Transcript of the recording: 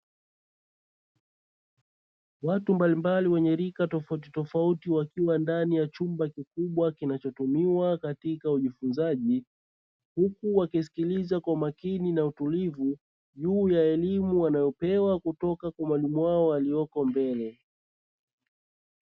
Watu mbalimbali wenye rika tofauti tofauti wakiwa ndani ya chumba kikubwa kinachotumiwa katika ujifunzaji, huku wakisikiliza kwa umakini na utulivu; juu ya elimu wanayopewa kutoka kwa mwalimu wao aliyeko mbele.